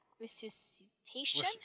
Resuscitation